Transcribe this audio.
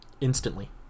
Instantly